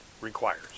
requires